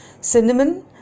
Cinnamon